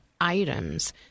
items